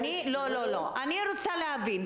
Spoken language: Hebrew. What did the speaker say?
רוצה להבין.